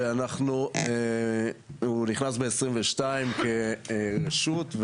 הוא נכנס ב-2022 כרשות,